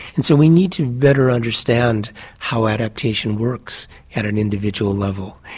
and so we need to better understand how adaptation works at an individual level,